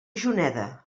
juneda